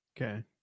Okay